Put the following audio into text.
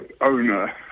owner